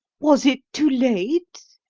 was it too late,